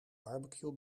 barbecue